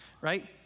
right